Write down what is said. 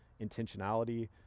Intentionality